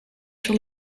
sur